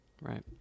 Right